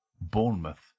Bournemouth